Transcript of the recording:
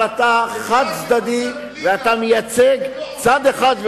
אבל אתה חד-צדדי ואתה מייצג צד אחד,